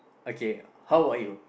okay how about you